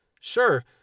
Sure